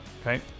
Okay